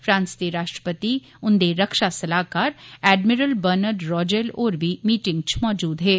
France दे राश्ट्रपति हुंदे रक्षा सलाह्कार एडमिरल बरनार्ड रोजेल होर बी मीटिंग च मजूद हे